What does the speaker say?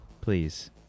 please